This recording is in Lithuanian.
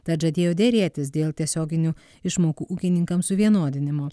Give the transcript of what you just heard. tad žadėjo derėtis dėl tiesioginių išmokų ūkininkams suvienodinimo